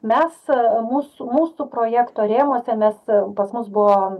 mes o mūsų mūsų projekto rėmuose mes pas mus buvo